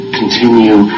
continue